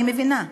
אני מבינה.